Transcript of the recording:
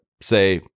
Say